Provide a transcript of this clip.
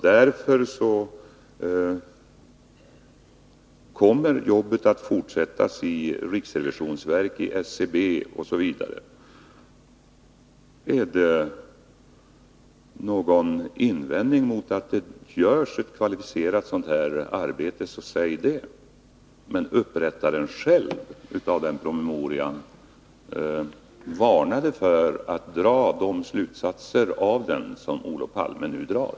Därför kommer det jobbet att fortsättas i riksrevisionsverket, i SCB osv. Har ni någon invändning mot att det görs ett sådant här kvalificerat arbete, så säg det! Men upprättaren av promemorian varnade själv för att dra de slutsatser av den Nr 154 som Olof Palme nu drar.